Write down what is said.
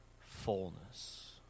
fullness